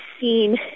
seen